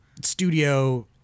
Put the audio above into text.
studio